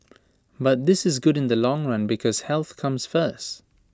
but this is good in the long run because health comes first